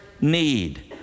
need